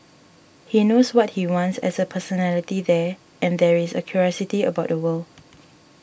he knows what he wants as a personality there and there is a curiosity about the world